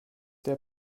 der